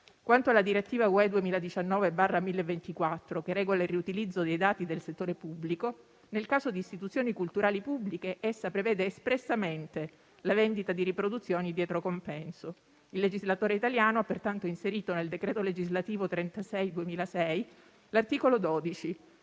Quanto alla direttiva UE 2019/1024, che regola il riutilizzo dei dati del settore pubblico, nel caso di istituzioni culturali pubbliche essa prevede espressamente la vendita di riproduzioni dietro compenso. Il legislatore italiano ha pertanto inserito nel decreto legislativo n. 36 del 2006 l'articolo 12,